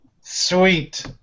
Sweet